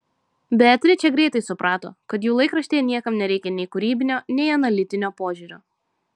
beatričė greitai suprato kad jų laikraštyje niekam nereikia nei kūrybinio nei analitinio požiūrio